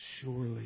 Surely